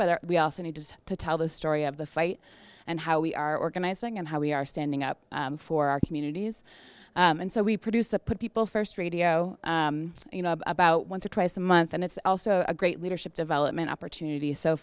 but we also need to tell the story of the fight and how we are organizing and how we are standing up for our communities and so we produce a put people first radio you know about once or twice a month and it's also a great leadership development opportunity so